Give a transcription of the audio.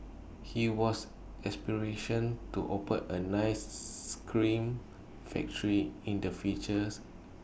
he was aspirations to open A nice scream factory in the futures